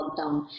lockdown